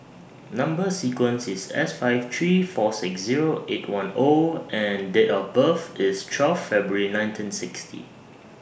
Number sequence IS S five three four six Zero eight one O and Date of birth IS twelve February nineteen sixty